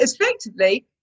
effectively